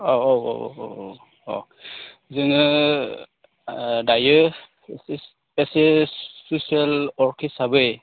औ औ औ जोङो दायो एसे ससियेल वर्क हिसाबै